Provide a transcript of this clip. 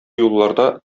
юлларда